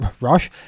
Rush